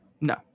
No